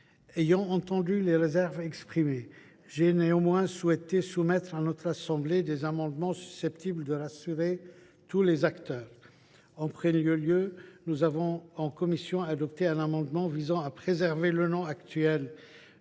Ayant entendu les réserves exprimées, j’ai néanmoins souhaité soumettre à notre assemblée des amendements susceptibles de rassurer tous les acteurs. En premier lieu, nous avons adopté en commission un amendement visant à préserver le nom actuel